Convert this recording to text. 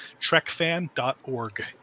trekfan.org